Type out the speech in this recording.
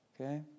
Okay